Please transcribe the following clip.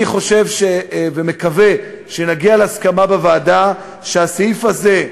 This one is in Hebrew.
אני חושב ומקווה שנגיע להסכמה בוועדה שהסעיף הזה,